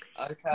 okay